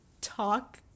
talk